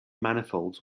manifolds